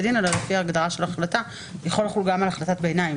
דין אלא לפי ההגדרה של ההחלטה יכול לחול גם על החלטת ביניים.